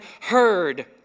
heard